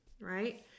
right